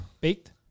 Baked